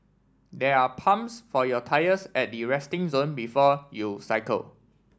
there are pumps for your tyres at the resting zone before you cycle